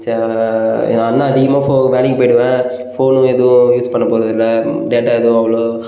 ச எங்கே அண்ணா அதிகமாக ஃபோ வேலைக்கு போய்விடுவேன் ஃபோனு எதுவும் யூஸ் பண்ண போகிறது இல்லை டேட்டா எதுவும் அவ்வளோ